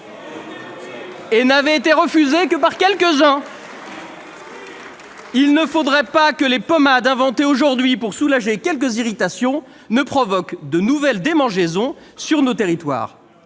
Elle n'avait été repoussée que par quelques-uns ! Nous ! Il ne faudrait pas que les pommades inventées aujourd'hui pour soulager quelques irritations provoquent de nouvelles démangeaisons dans nos territoires